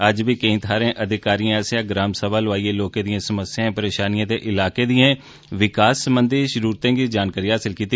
अज्ज बी केंई थाहरें अधिकारियें आस्सेया ग्राम सभा लोआइयै लोकें दीयें समस्याएं परेशानियें ते इलाके दियें विकास सरबंधी जरुरतें दी जानकारी हासल कीती